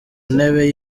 ntebe